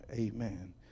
amen